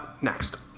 Next